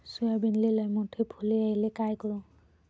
सोयाबीनले लयमोठे फुल यायले काय करू?